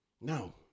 No